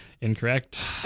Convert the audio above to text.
Incorrect